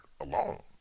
alone